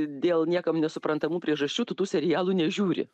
dėl niekam nesuprantamų priežasčių tu tų serialų nežiūri